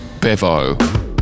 Bevo